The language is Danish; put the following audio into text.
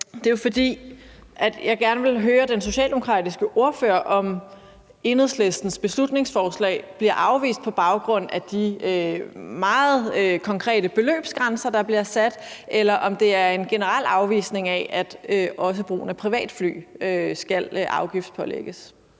ordet, er, at jeg gerne vil høre den socialdemokratiske ordfører, om Enhedslistens beslutningsforslag bliver afvist på baggrund af de meget konkrete beløbsgrænser, der bliver sat, eller om det er en generel afvisning af, at også brugen af privatfly skal afgiftspålægges.